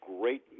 great